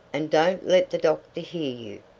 and don't let the doctor hear you,